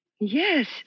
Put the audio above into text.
Yes